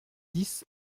dix